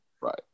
right